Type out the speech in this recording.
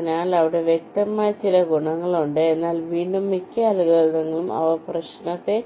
അതിനാൽ അവിടെ വ്യക്തമായ ചില ഗുണങ്ങളുണ്ട് എന്നാൽ വീണ്ടും മിക്ക അൽഗരിതങ്ങളും അവർ പ്രശ്നത്തെ